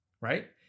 Right